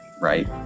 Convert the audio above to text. right